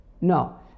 No